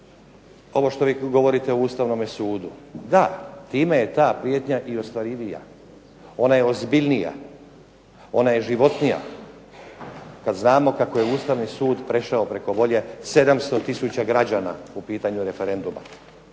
Ovo što vi govorite o Ustavnom sudu da, time je ta prijetnja i ostvarivija, ona je ozbiljnija, ona je životnija, Kad znamo kako je Ustavni sud prešao preko volje 700 tisuća građana u pitanju referenduma,